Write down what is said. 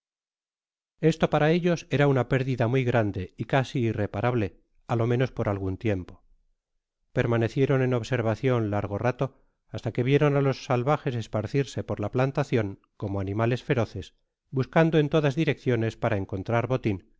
esto para ellos era una pérdida muy grande y casi irreparable á lo menos por algun tiempo permanecieron en observacion largo rato hasta que vieron á los salvajes esparcirse por la plantacion como animales feroces buscando en todas direcciones para encontrar botin